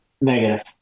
negative